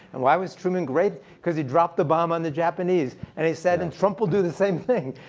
and why was truman great? because he dropped the bomb on the japanese. and he said, and trump will do the same thing.